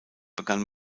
begann